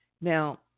Now